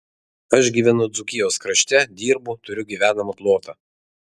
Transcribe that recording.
aš gyvenu dzūkijos krašte dirbu turiu gyvenamą plotą